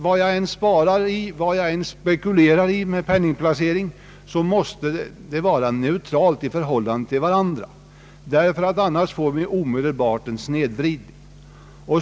Vad jag än sparar i, vad jag än spekulerar i när jag placerar kapital måste målen vara neutrala i förhållande till varandra, annars får vi omedelbart en snedvridning.